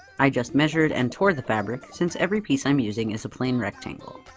i just measured and tore the fabric, since every piece i'm using is a plain rectangle.